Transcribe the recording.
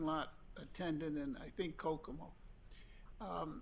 lot attendant and i think kokomo